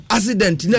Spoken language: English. Accident